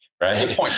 right